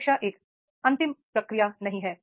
शिक्षा एक अंतिम प्रक्रिया नहीं है